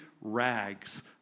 rags